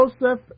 Joseph